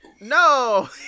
No